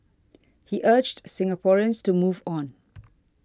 he urged Singaporeans to move on